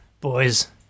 boys